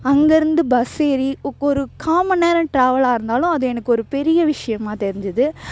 அங்கேருந்து பஸ்ஸு ஏறி ஒரு கால் மணி நேரம் டிராவலா இருந்தாலும் அது எனக்கு ஒரு பெரிய விஷயமா தெரிஞ்சுது